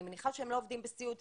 אני מניחה שהם לא עובדים בסיעוד,